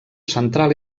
central